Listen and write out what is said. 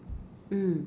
mm